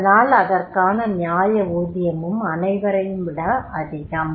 அதனால் அதற்கான நியாய ஊதியமும் அனைவரையும்விட அதிகம்